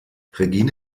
regine